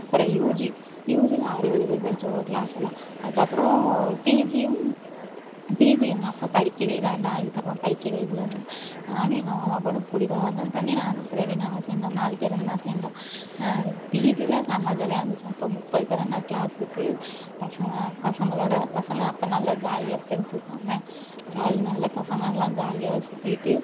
அப்புறம் யூஜி யூஜியில் அறுபது பேர் படித்தோம் ஒரு கிளாஸ்ல அதுக்கப்புறம் பிஜியும் பிஜி எங்கள் அப்பா படிக்கவே வேண்டாம் இதுக்கப்புறம் படிக்கவே கூடாதுன்னு நானும் எங்கள் மாமா பொண்ணும் பிடிவாதம் பண்ணி நானும் பிரவீனாவும் சேர்ந்தோம் நாலு பேருந்தான் சேர்ந்தோம் பிஜியில் செம்ம ஜாலியாக இருந்துச்சு அப்போ முப்பது பேருன்னா கிளாஸுக்கு பசங்க பசங்களோடு பசங்க அப்போ நல்லா ஜாலியாக ஃப்ரெண்ட்ஸு செம்ம ஜாலி நல்லா பசங்கள்லாம் ஜாலியாக சுற்றிக்கிட்டு